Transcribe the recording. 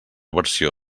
versió